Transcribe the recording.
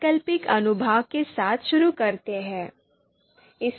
वैकल्पिक अनुभाग के साथ शुरू करते हैं